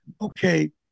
okay